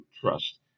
trust